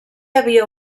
havia